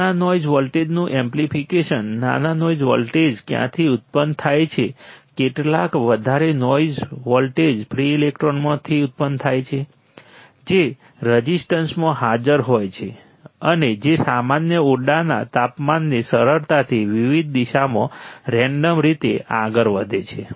નાના નોઇઝ વોલ્ટેજનું એમ્પ્લીફિકેશન નાના નોઇઝ વોલ્ટેજ ક્યાંથી ઉત્પન્ન થાય છે કેટલાક વધારે નોઇઝ વોલ્ટેજ ફ્રિ ઇલેક્ટ્રોનમાંથી ઉત્પન્ન થાય છે જે રઝિસ્ટન્સમાં હાજર હોય છે અને જે સામાન્ય ઓરડાના તાપમાને સરળતાથી વિવિધ દિશામાં રેન્ડમ રીતે આગળ વધે છે